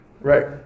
Right